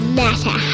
matter